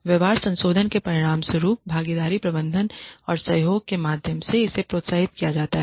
व्यवहार संशोधन के परिणामस्वरूप भागीदारी प्रबंधन और सहयोग के माध्यम से इसे प्रोत्साहित किया जाता है